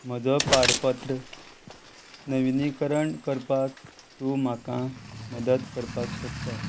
म्हजो पारपत्र नविनीकरण करपाक तूं म्हाका मदत करपाक शकता